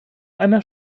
einer